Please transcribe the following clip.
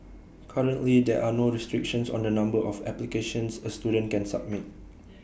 currently there're no restrictions on the number of applications A student can submit